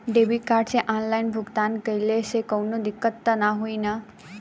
Debit card से online भुगतान कइले से काउनो दिक्कत ना होई न?